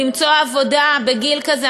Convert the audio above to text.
למצוא עבודה בגיל כזה,